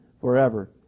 forever